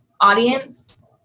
audience